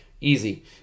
easy